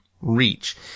reach